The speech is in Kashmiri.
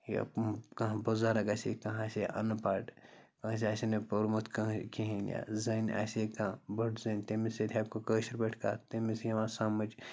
یہِ کانٛہہ بُزَرٕگ آسہِ ہے کانٛہہ آسہِ ہے اَن پَڑھ کٲنٛسہِ آسہِ ہے نہٕ پوٚرمُت کٔہی کِہیٖنۍ نہِ زٔنۍ آسہِ ہے کانٛہہ بٔڑ زٔنۍ تٔمِس سۭتۍ ہٮ۪کہو کٲشِر پٲٹھۍ کَتھ تٔمِس یِوان سَمٕج